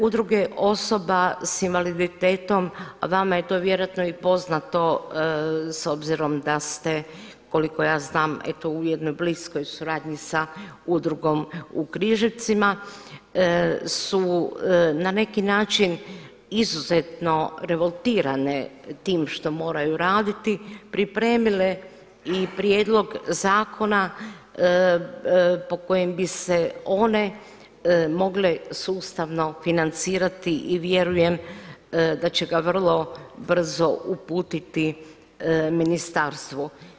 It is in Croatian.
Udruge osoba sa invaliditetom, vama je to vjerojatno i poznato s obzirom da ste koliko ja znam, eto u jednoj bliskoj suradnji sa udrugom u Križevcima su na neki način izuzetno revoltirane time što moraju raditi pripremile i prijedlog zakona po kojem bi se one mogle sustavno financirati i vjerujem da će ga vrlo brzo uputiti ministarstvu.